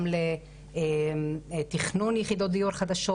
גם לתכנון יחידות דיור חדשות,